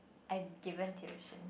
I have given tuition